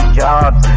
jobs